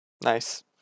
Nice